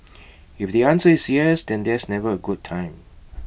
if the answer is yes then there's never A good time